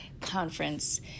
conference